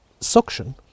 suction